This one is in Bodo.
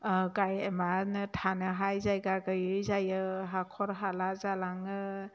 थानोहाय जायगा गैयै जायो हाखर हाला जालाङो